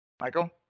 Michael